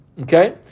Okay